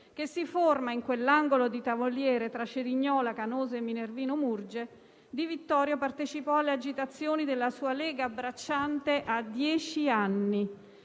che si forma in quell'angolo di Tavoliere tra Cerignola, Canosa e Minervino Murge. Il Di Vittorio partecipò alle agitazioni della sua lega bracciantile a dieci anni.